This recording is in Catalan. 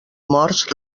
morts